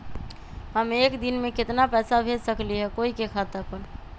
हम एक दिन में केतना पैसा भेज सकली ह कोई के खाता पर?